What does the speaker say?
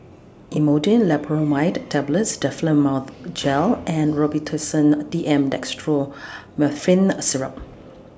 Imodium Loperamide Tablets Difflam Mouth Gel and Robitussin A D M Dextromethorphan A Syrup